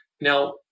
now